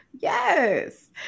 Yes